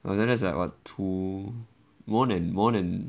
!huh! that's about two more than more than